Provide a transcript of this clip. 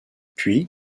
puis